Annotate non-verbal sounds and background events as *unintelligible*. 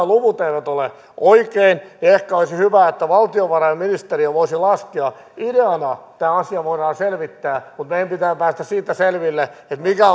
*unintelligible* luvut eivät ole oikein niin ehkä olisi hyvä että valtiovarainministeriö voisi laskea ideana tämä asia voidaan selvittää mutta meidän pitää päästä siitä selville mikä *unintelligible*